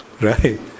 Right